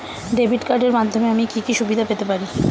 Debit কার্ডের মাধ্যমে আমি কি কি সুবিধা পেতে পারি?